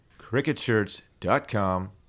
cricketshirts.com